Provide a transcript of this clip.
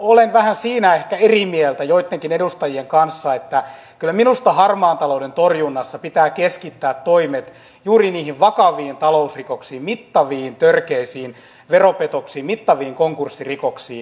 olen siinä ehkä vähän eri mieltä joittenkin edustajien kanssa että kyllä minusta harmaan talouden torjunnassa pitää keskittää toimet juuri niihin vakaviin talousrikoksiin mittaviin törkeisiin veropetoksiin mittaviin konkurssirikoksiin